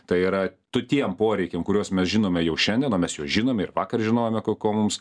tai yra tų tiem poreikiam kuriuos mes žinome jau šiandieną mes juos žinome ir vakar žinojome ko ko mums